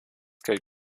gilt